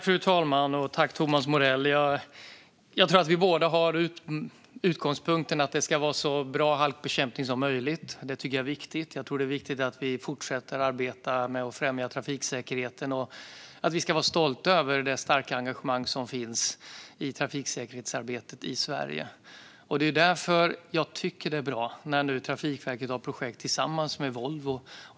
Fru talman! Jag tror att vi båda, Thomas Morell, har utgångspunkten att det ska vara en så bra halkbekämpning som möjligt. Det tycker jag är viktigt, och jag tror att det är viktigt att vi fortsätter att arbeta med att främja trafiksäkerheten. Vi ska vara stolta över det starka engagemang som finns i trafiksäkerhetsarbetet i Sverige. Det är därför jag tycker att det är bra när nu Trafikverket har projekt tillsammans med Volvo.